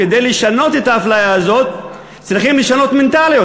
כדי לשנות את האפליה הזאת צריכים לשנות מנטליות,